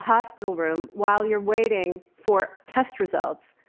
hospital room while you're waiting for test results,